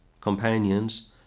companions